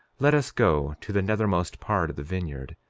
let us go to the nethermost part of the vineyard,